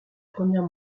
première